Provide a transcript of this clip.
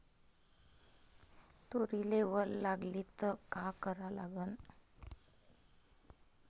तुरीले वल लागली त का करा लागन?